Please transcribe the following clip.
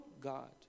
God